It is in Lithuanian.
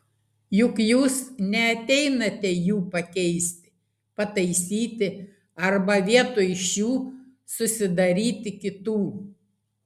juk jūs neateinate jų pakeisti pataisyti arba vietoj šių susidaryti kitų